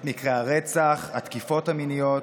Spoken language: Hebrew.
את מקרי הרצח, את התקיפות המיניות,